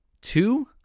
two